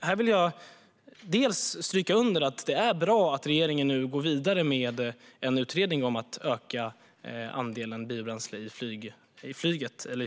Här vill jag stryka under att det är bra att regeringen nu går vidare med en utredning om att öka andelen biobränsle i